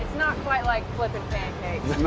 not quite like flippin'